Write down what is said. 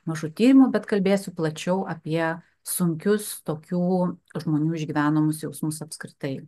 mažu tyrimu bet kalbėsiu plačiau apie sunkius tokių žmonių išgyvenamus jausmus apskritai